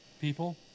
people